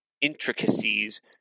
intricacies